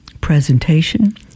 presentation